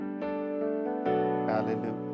Hallelujah